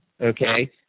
Okay